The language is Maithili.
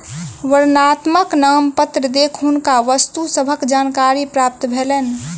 वर्णनात्मक नामपत्र देख हुनका वस्तु सभक जानकारी प्राप्त भेलैन